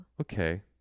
Okay